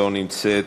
לא נמצאת,